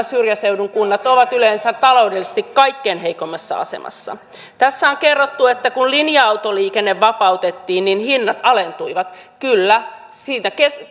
syrjäseudun kunnat ovat yleensä taloudellisesti kaikkein heikoimmassa asemassa tässä on kerrottu että kun linja autoliikenne vapautettiin niin hinnat alentuivat kyllä siinä